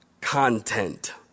content